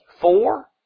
four